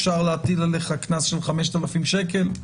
אפשר להטיל עלייך קנס של 5,000 שקלים".